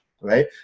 right